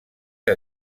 que